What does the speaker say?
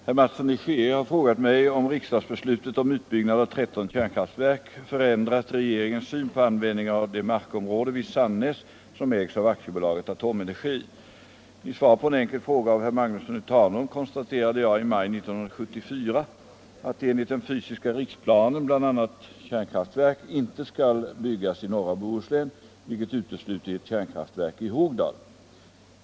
Herr talman! Herr Mattsson i Skee har frågat mig om riksdagsbeslutet om utbyggnad av tretton kärnkraftaggregat förändrat regeringens syn på användningen av det markområde vid Sannäs som ägs av AB Atomenergi. I svar på en enkel fråga av herr Magnusson i Tanum konstaterade jag i maj 1974 att enligt den fysiska riksplanen bl.a. kärnkraftverk inte skall byggas i norra Bohuslän, vilket utesluter ett kärnkraftverk i Hogdal.